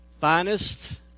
finest